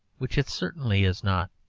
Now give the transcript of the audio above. which it certainly is not.